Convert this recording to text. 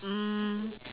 um